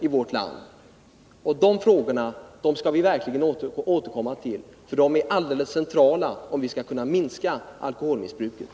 Dessa frågor skall vi verkligen återkomma till, ty de är mycket centrala om vi vill minska alkoholmissbruket.